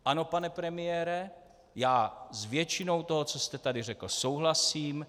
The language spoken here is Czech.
Ano, pane premiére, já s většinou toho, co jste tady řekl, souhlasím.